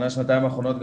שנה שנתיים האחרונות,